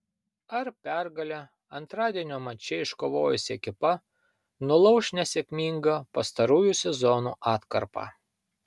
ar pergalę antradienio mače iškovojusi ekipa nulauš nesėkmingą pastarųjų sezonų atkarpą